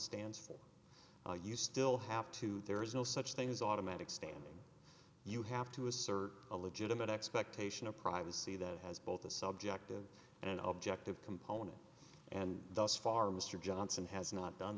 stands for you still have to there is no such thing as automatic standing you have to assert a legitimate expectation of privacy that has both a subjective and objective component and thus far mr johnson has not done